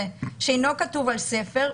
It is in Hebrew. זה שאינו כתוב על ספר,